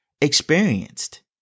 experienced